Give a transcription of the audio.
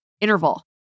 interval